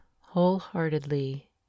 wholeheartedly